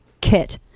kit